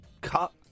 cut